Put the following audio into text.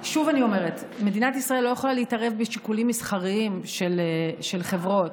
זו החברה הלאומית שלנו,